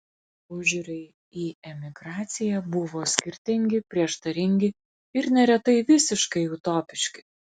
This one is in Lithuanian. požiūriai į emigraciją buvo skirtingi prieštaringi ir neretai visiškai utopiški